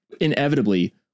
inevitably